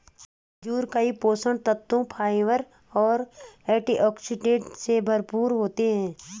खजूर कई पोषक तत्वों, फाइबर और एंटीऑक्सीडेंट से भरपूर होते हैं